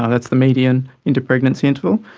and that's the median inter-pregnancy interval,